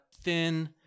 thin